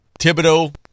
Thibodeau